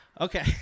Okay